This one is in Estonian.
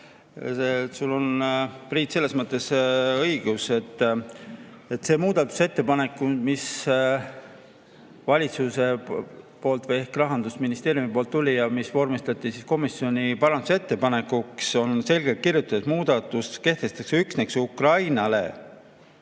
Sul, Priit, on selles mõttes õigus, et see muudatusettepanek, mis valitsuselt ehk Rahandusministeeriumilt tuli ja mis vormistati komisjoni parandusettepanekuks, on selgelt kirjutatud, et muudatus kehtestatakse üksnes Ukrainale